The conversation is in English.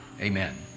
Amen